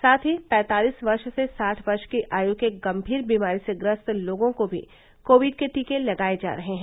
साथ ही पैंतालीस वर्ष से साठ वर्ष की आयु के गम्मीर बीमारी से ग्रस्त लोगों को भी कोविड के टीके लगाये जा रहे हैं